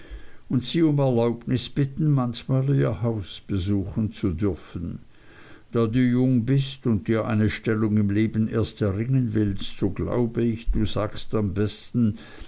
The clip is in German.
und sie um erlaubnis bitten manchmal ihr haus besuchen zu dürfen da du jung bist und dir eine stellung im leben erst erringen willst so glaube ich du sagst am besten